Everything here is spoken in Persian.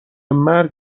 مرگ